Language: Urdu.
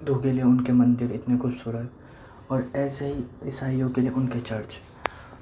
ہندو کے لئے ان کے مندر اتنے خوبصورت اور ایسے ہی عیسائیوں کے لئے ان کے چرچ